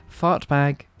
Fartbag